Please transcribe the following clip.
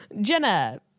Jenna